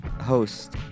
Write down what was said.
host